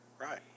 Right